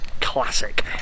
Classic